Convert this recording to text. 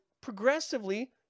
progressively